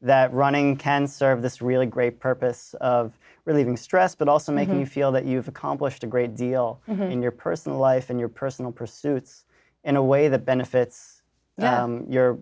that running can serve this really great purpose of relieving stress but also making you feel that you've accomplished a great deal in your personal life and your personal pursuits in a way that benefits your